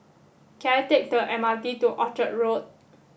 can I take the M R T to Orchard Road